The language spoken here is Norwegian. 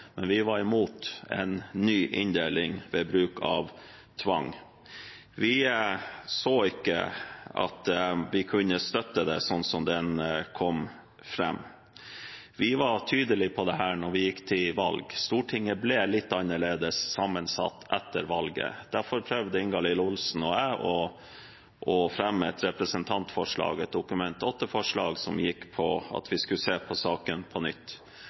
men vi var imot en ny inndeling ved bruk av tvang. Vi så ikke at vi kunne støtte det sånn som det kom fram. Vi var tydelige på dette da vi gikk til valg. Stortinget ble litt annerledes sammensatt etter valget. Derfor prøvde Ingalill Olsen og jeg å fremme et representantforslag, et Dokument 8-forslag, om at vi skulle se på saken på nytt.